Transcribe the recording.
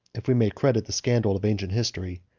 if we may credit the scandal of ancient history,